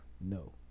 no